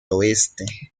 oeste